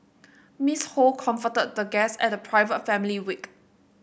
Miss Ho comforted the guests at the private family wake